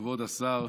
כבוד השר,